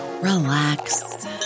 relax